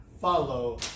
follow